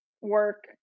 work